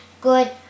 good